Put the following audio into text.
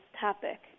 topic